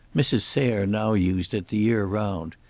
mrs. sayre now used it the year round.